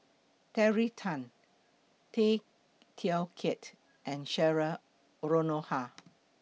Terry Tan Tay Teow Kiat and Cheryl Noronha